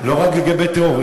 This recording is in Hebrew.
לא רק לגבי טרור,